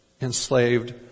enslaved